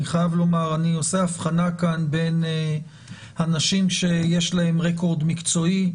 אני עושה הבחנה כאן בין אנשים שיש להם רקורד מקצועי,